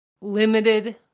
limited